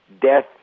death